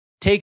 Take